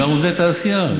גם עובדי תעשייה.